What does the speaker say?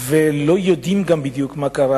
ולא יודעים גם בדיוק מה קרה.